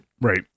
Right